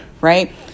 right